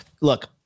Look